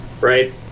Right